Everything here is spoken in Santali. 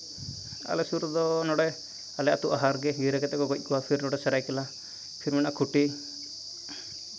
ᱟᱞᱮ ᱥᱩ ᱨᱮᱫᱚ ᱱᱚᱰᱮ ᱟᱞᱮ ᱟᱹᱛᱩ ᱟᱦᱟᱨ ᱜᱮ ᱜᱤᱨᱟᱹ ᱠᱟᱛᱮ ᱠᱚ ᱜᱚᱡ ᱠᱚᱣᱟ ᱯᱷᱤᱨ ᱱᱚᱰᱮ ᱥᱚᱨᱟᱭᱠᱮᱞᱞᱟ ᱷᱤᱨ ᱢᱮᱱᱟᱜᱼᱟ ᱠᱷᱩᱴᱤ